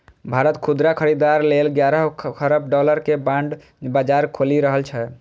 भारत खुदरा खरीदार लेल ग्यारह खरब डॉलर के बांड बाजार खोलि रहल छै